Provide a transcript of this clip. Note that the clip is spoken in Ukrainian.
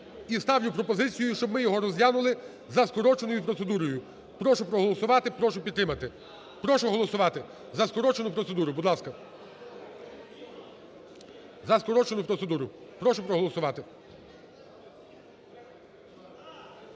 І ставлю пропозицію, щоб ми його розглянули за скороченою процедурою. Прошу проголосувати, прошу підтримати. Прошу голосувати за скорочену процедуру. Будь ласка, за скорочену процедуру прошу проголосувати.